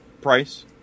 price